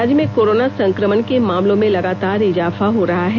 राज्य में कोरोना संक्रमण के मामलों में लगातार इजाफा हो रहा है